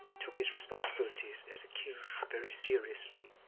took his responsibilities as a king very seriously,